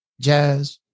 jazz